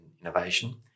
innovation